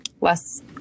less